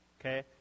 Okay